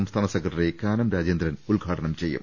സംസ്ഥാന സെക്രട്ടറി കാനം രാജേന്ദ്രൻ ഉദ്ഘാടനം ചെയ്യും